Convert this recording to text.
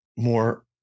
more